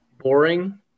boring